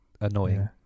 annoying